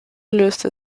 löste